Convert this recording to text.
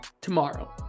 tomorrow